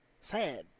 sad